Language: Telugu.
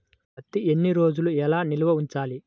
పత్తి ఎన్ని రోజులు ఎలా నిల్వ ఉంచాలి?